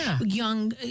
young